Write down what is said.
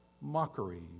mockery